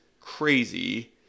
crazy